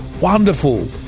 wonderful